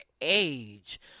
age